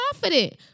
confident